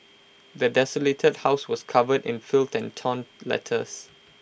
the desolated house was covered in filth and torn letters